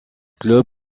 club